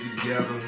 together